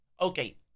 okay